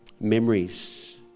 memories